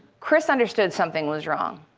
chris understood something was wrong.